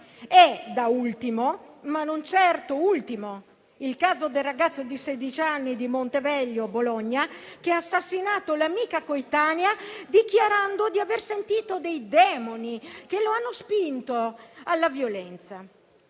e, da ultimo, ma non certo ultimo, il caso del ragazzo di 16 anni di Monteveglio (Bologna) che ha assassinato l'amica coetanea dichiarando di aver sentito dei demoni che lo hanno spinto alla violenza;